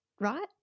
right